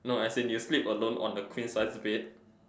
no as in you sleep alone on the queen size bed